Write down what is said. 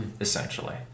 essentially